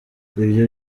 ibyo